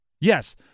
Yes